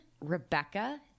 Rebecca